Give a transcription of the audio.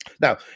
Now